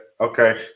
Okay